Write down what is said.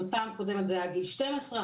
בפעם הקודמת זה היה גיל 12,